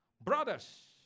brothers